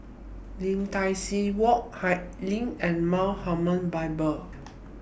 Lim Tai See Walk High LINK and Mount Hermon Bible